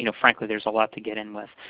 you know frankly, there's a lot to get in with.